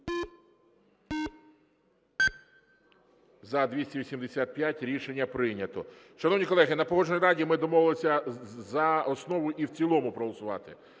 За-285 Рішення прийнято. Шановні колеги, на Погоджувальній раді ми домовилися за основу і в цілому проголосувати.